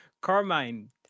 Carmine